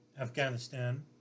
Afghanistan